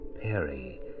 Perry